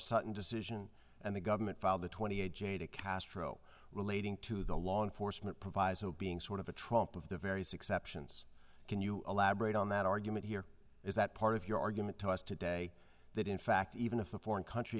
sudden decision and the government filed the twenty eight j to castro relating to the law enforcement proviso being sort of a trump of the various exceptions can you elaborate on that argument here is that part of your argument to us today that in fact even if a foreign country